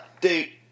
Dude